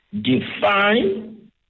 define